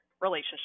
relationship